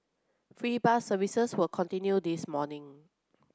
free bus services will continue this morning